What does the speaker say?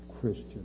Christian